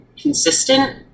consistent